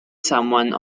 someone